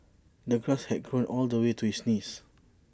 the grass had grown all the way to his knees